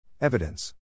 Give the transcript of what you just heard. Evidence